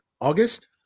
August